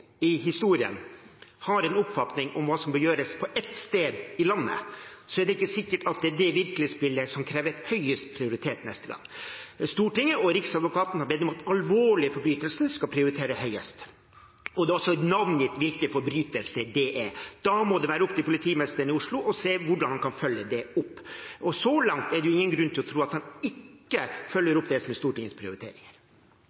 i historien har en oppfatning om hva som bør gjøres på ett sted i landet, er det ikke sikkert at det er det virkelighetsbildet som krever høyest prioritet neste gang. Stortinget og Riksadvokaten har bedt om at alvorlige forbrytelser skal prioriteres høyest. Det er også navngitt hvilke forbrytelser det er. Da må det være opp til politimesteren i Oslo å se på hvordan han kan følge det opp. Så langt er det ingen grunn til å tro at han ikke